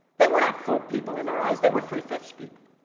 they were not full people in our eyes. they were three-fifths people.